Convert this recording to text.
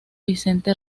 vicente